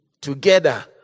together